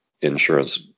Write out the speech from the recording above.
insurance